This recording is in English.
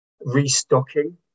restocking